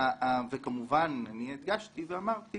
וכמובן, אני הדגשתי ואמרתי